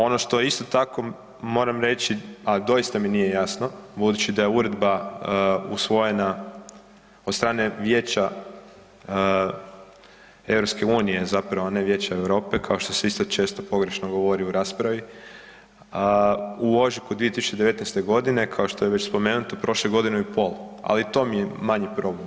Ono što isto tako moram reći, a doista mi nije jasno budući da je uredba usvojena od strane Vijeća EU, zapravo ne Vijeća Europe, kao što se isto često pogrešno govori u raspravi, u ožujku 2019.g. kao što je već spomenuto prošlo je godinu i pol, ali i to mi je manji problem.